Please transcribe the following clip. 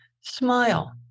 Smile